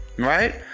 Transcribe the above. Right